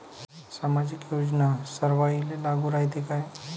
सामाजिक योजना सर्वाईले लागू रायते काय?